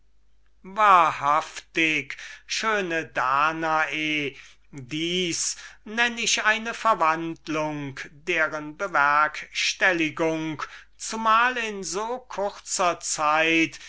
hineinsenkt wahrhaftig schöne danae das nenn ich eine verwandlung welche in so kurzer zeit